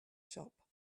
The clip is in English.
shop